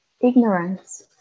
Ignorance